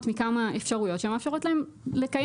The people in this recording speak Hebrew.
מכמה אפשרויות שמאפשרות להן לקיים תחרות.